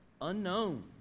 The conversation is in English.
unknown